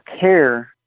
care